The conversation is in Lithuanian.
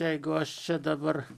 jeigu aš čia dabar